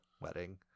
wedding